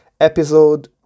episode